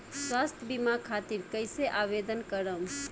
स्वास्थ्य बीमा खातिर कईसे आवेदन करम?